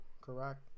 Correct